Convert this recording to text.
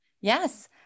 yes